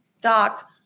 doc